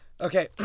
Okay